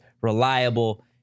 reliable